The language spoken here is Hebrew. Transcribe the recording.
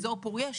באזור פורייה,